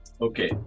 Okay